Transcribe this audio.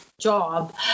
job